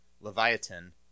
Leviathan